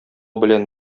белән